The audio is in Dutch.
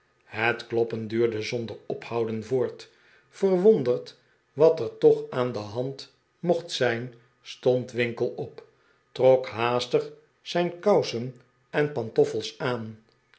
het kloppen duurde zonder ophouden voort verwonderd wat er toch aan de hand mocht zijn stond winkle op r trok haastig zijn kousen en pantoffels aan